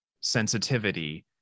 sensitivity